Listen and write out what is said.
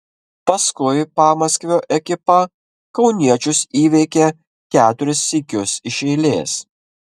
paskui pamaskvio ekipa kauniečius įveikė keturis sykius iš eilės